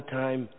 time